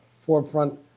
forefront